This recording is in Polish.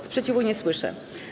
Sprzeciwu nie słyszę.